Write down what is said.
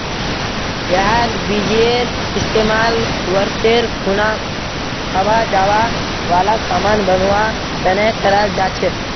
यहार बीजेर इस्तेमाल व्रतेर खुना खवा जावा वाला सामान बनवा तने कराल जा छे